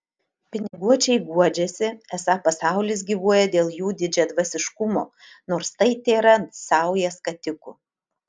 piniguočiai guodžiasi esą pasaulis gyvuoja dėl jų didžiadvasiškumo nors tai tėra sauja skatikų